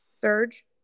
Surge